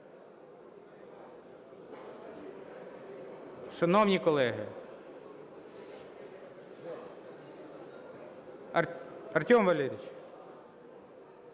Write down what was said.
Шановні колеги… Артем Валерійович…